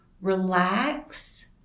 relax